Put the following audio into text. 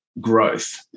growth